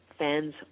Fans